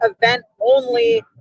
event-only